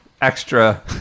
extra